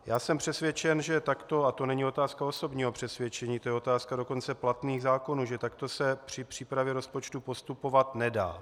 Já jsem přesvědčen, že takto, a to není otázka osobního přesvědčení, to je otázka dokonce platných zákonů, že takto se při přípravě rozpočtu postupovat nedá.